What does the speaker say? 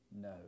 No